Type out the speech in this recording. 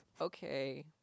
okay